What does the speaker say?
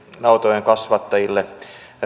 nautojen kasvattajille